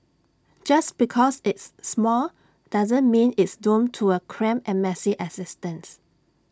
just because it's small doesn't mean it's doomed to A cramped and messy existence